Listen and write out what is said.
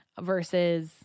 versus